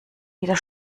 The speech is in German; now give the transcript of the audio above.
wieder